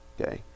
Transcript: Okay